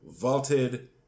vaulted